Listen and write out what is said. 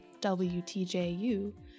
WTJU